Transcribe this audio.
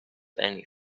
anything